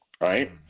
right